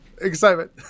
excitement